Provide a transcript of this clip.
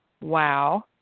wow